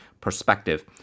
perspective